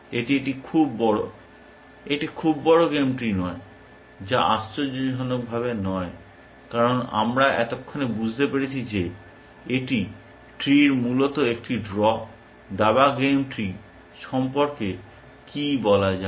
এটি একটি খুব একটি খুব বড় গেম ট্রি নয় যা আশ্চর্যজনক নয় কারণ আমরা এতক্ষণে বুঝতে পেরেছি যে এটি ট্রির মূল্য মূলত একটি ড্র দাবা গেম ট্রি সম্পর্কে কী বলা যায়